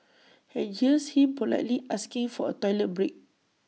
and here's him politely asking for A toilet break